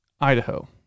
Idaho